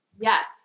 Yes